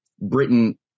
Britain